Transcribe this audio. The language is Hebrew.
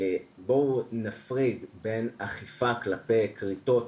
בואו נפריד בין אכיפה כלפי כריתות